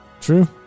true